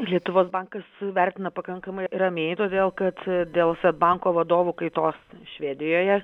lietuvos bankas vertina pakankamai ramiai todėl kad dėl svedbanko vadovų kaitos švedijoje